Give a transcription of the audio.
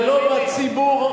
ולא בציבור,